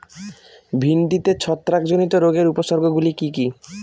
ভিন্ডিতে ছত্রাক জনিত রোগের উপসর্গ গুলি কি কী?